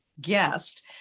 guest